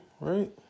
Right